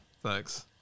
Thanks